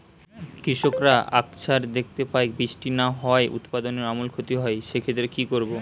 কৃষকরা আকছার দেখতে পায় বৃষ্টি না হওয়ায় উৎপাদনের আমূল ক্ষতি হয়, সে ক্ষেত্রে কি করব?